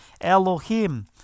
Elohim